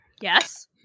yes